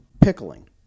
pickling